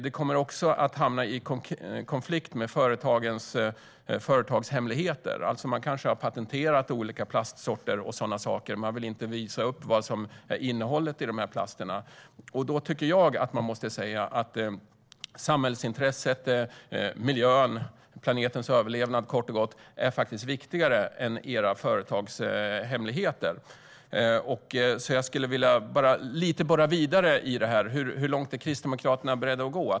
Det kommer också att hamna i konflikt med företagshemligheter - företag kanske har patenterat olika plastsorter och vill inte visa upp innehållet i plasterna. Då tycker jag att vi måste säga att samhällsintresset och miljön - planetens överlevnad, kort och gott - faktiskt är viktigare än företagshemligheterna. Jag skulle alltså vilja borra vidare lite grann i detta. Hur långt är ni inom Kristdemokraterna beredda att gå?